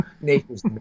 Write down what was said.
nature's